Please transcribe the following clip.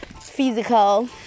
physical